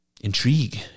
intrigue